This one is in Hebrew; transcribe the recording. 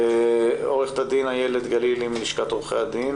עורכת הדין איילת גלילי מלשכת עורכי הדין.